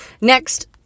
Next